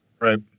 Right